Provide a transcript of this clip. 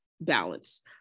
balance